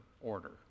order